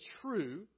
true